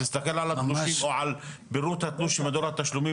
תסתכל על התלושים או על פירוט התלוש שמדור התשלומים